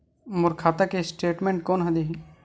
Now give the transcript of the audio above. मोर खाता के स्टेटमेंट कोन ह देही?